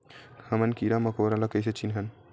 हमन कीरा मकोरा ला कइसे चिन्हन?